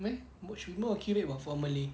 eh should be more accurate for malay